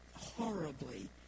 horribly